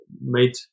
made